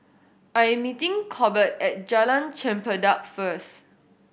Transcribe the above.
I am meeting Corbett at Jalan Chempedak first